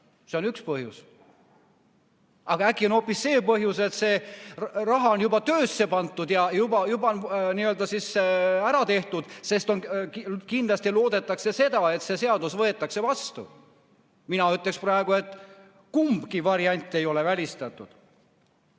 olla üks põhjus. Aga äkki on hoopis see põhjus, et see raha on juba töösse pandud, see asi on juba ära tehtud, sest kindlasti loodetakse, et see seadus võetakse vastu. Mina ütleks praegu, et kumbki variant ei ole välistatud.